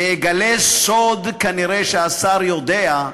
ואגלה סוד, שכנראה השר יודע,